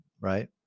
Right